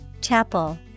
Chapel